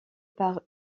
par